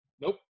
Nope